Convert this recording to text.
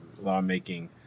lawmaking